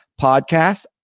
podcast